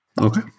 Okay